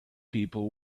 people